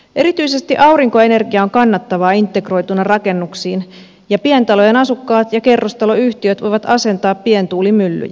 erityisesti aurinkoenergia on kannattavaa integroituna rakennuksiin ja pientalojen asukkaat ja kerrostaloyhtiöt voivat asentaa pientuulimyllyjä